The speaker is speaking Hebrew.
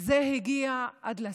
זה הגיע לשיא.